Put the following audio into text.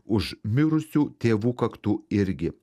už mirusių tėvų kaktų irgi